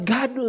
God